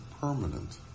permanent